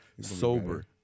sober